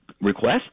request